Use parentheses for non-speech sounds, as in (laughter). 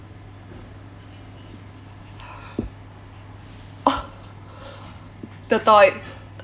(laughs) the toy